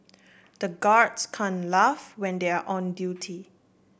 the guards can laugh when they are on duty